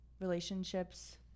relationships